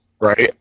right